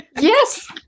yes